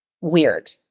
Weird